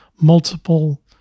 multiple